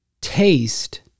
taste